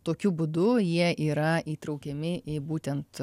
tokiu būdu jie yra įtraukiami į būtent